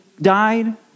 died